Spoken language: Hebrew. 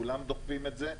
כולם דוחפים את זה,